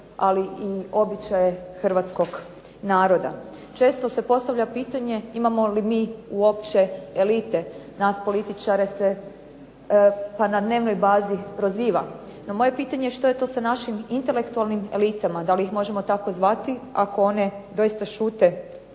ali i običaje Hrvatskog naroda. Često se postavlja pitanje imamo li mi uopće elite. Nas političare se na dnevnoj bazi proziva, no moje je pitanje što je to sa našim intelektualnim elitama, da li ih možemo tako zvati ako one doista šute